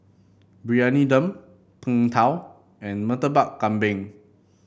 Briyani Dum Png Tao and Murtabak Kambing